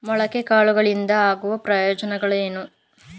ಮೊಳಕೆ ಕಾಳುಗಳಿಂದ ಆಗುವ ಪ್ರಯೋಜನವೇನು?